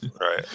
Right